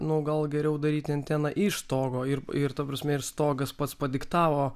nu gal geriau daryti antena iš stogo ir ir ta prasme ir stogas pats padiktavo